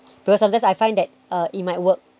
because of this I find that it might work